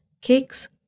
cakes